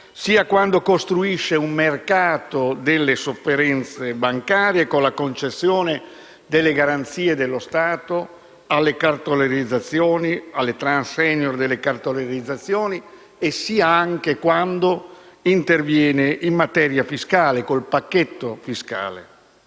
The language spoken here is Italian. sia quando costruisce un mercato delle sofferenze bancarie con la concessione delle garanzie dello Stato alle *tranche senior* delle cartolarizzazioni sia anche quando interviene in materia tributaria con il pacchetto fiscale.